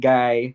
Guy